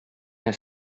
менә